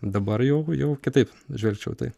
dabar jau jau kitaip žvelgčiau į tai